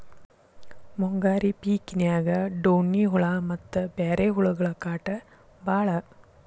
ಮುಂಗಾರಿ ಪಿಕಿನ್ಯಾಗ ಡೋಣ್ಣಿ ಹುಳಾ ಮತ್ತ ಬ್ಯಾರೆ ಹುಳಗಳ ಕಾಟ ಬಾಳ